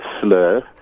slur